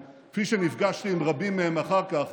כפי שנפגשתי עם רבים מהם אחר כך,